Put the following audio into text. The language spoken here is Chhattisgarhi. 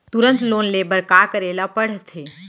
तुरंत लोन ले बर का करे ला पढ़थे?